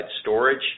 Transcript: storage